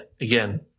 again